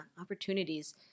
Opportunities